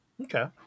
Okay